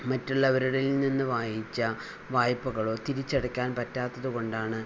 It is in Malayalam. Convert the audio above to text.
മറ്റുള്ളവരിൽ നിന്നും വാങ്ങിച്ച വായ്പകളോ തിരിച്ചടയ്ക്കാൻ പറ്റാത്തത് കൊണ്ടാണ്